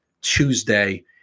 Tuesday